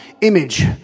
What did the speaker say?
image